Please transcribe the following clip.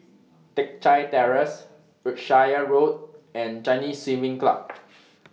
Teck Chye Terrace Wiltshire Road and Chinese Swimming Club